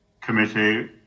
committee